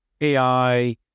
AI